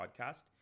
Podcast